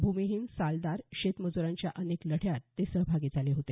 भूमिहीन सालदार शेतमजूरांच्या अनेक लढ्यात ते सहभागी झाले होते